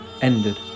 ended